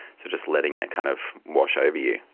so just letting it kind of wash over you.